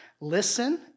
Listen